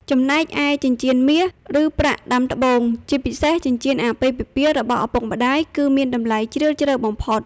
ចំណែកឯ ចិញ្ចៀនមាស ឬប្រាក់ដាំត្បូង ជាពិសេស ចិញ្ចៀនអាពាហ៍ពិពាហ៍របស់ឪពុកម្ដាយ គឺមានតម្លៃជ្រាលជ្រៅបំផុត។